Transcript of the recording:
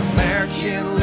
American